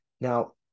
Now